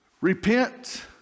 repent